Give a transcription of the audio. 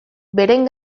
beren